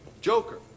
Joker